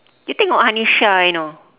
you tengok hanisha you know